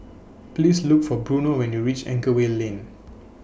Please Look For Bruno when YOU REACH Anchorvale Lane